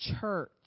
church